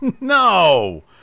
No